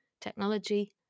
technology